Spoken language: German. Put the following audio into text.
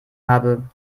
habe